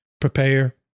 prepare